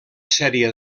sèrie